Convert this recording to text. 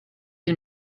you